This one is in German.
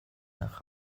nach